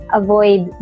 avoid